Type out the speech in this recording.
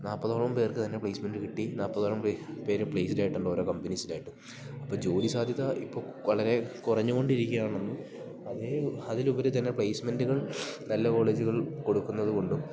നാപ്പതോളം പേർക്ക് തന്നെ പ്ലേസ്മെൻറ്റ് കിട്ടി നാൽപ്പതോളം പേര് പ്ലേസ്ഡ് ആയിട്ടുണ്ട് ഓരോ കമ്പനീസിലായിട്ട് അപ്പം ജോലി സാധ്യത ഇപ്പം വളരെ കുറഞ്ഞ് കൊണ്ടിരിക്കുകയാണെന്നും അതേ അതിലുപരി തന്നെ പ്ലേസ്മെൻറ്റ്കൾ നല്ല കോളേജ്കൾ കൊടുക്കുന്നത് കൊണ്ടും